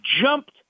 jumped